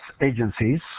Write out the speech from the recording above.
agencies